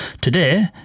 today